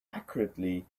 accurately